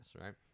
right